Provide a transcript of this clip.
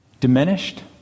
Diminished